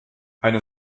eine